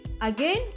again